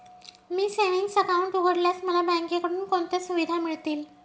मी savings account उघडल्यास मला बँकेकडून कोणत्या सुविधा मिळतील?